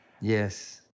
Yes